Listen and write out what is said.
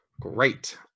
Great